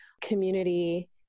community